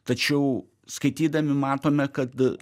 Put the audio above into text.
tačiau skaitydami matome kad